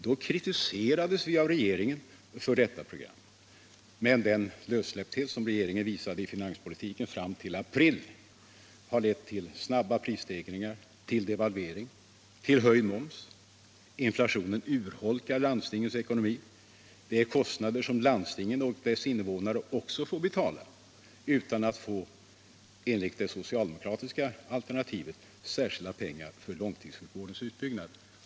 Då kritiserades vi av regeringen för detta program. Men den lössläppthet som regeringen har visat i finanspolitiken fram till april har letttill snabba prisstegringar, devalvering och höjd moms. Inflationen urholkar landstingens ekonomi. Det innebär kostnader som landstingen och deras invånare också får betala, utan att — som i det socialdemokratiska alternativet — få särskilda pengar till långtidssjukvårdens utbyggnad.